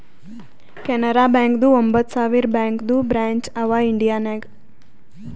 ಕೆನರಾ ಬ್ಯಾಂಕ್ದು ಒಂಬತ್ ಸಾವಿರ ಬ್ಯಾಂಕದು ಬ್ರ್ಯಾಂಚ್ ಅವಾ ಇಂಡಿಯಾ ನಾಗ್